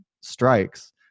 strikes